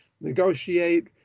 negotiate